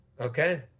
Okay